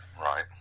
Right